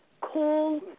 call